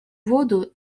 воду